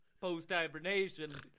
post-hibernation